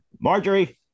Marjorie